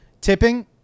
Tipping